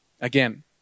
Again